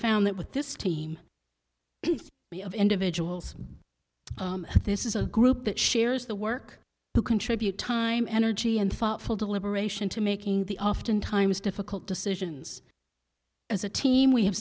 found that with this team of individuals this is a group that shares the work to contribute time energy and thoughtful deliberation to making the oftentimes difficult decisions as a team we have